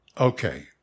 Okay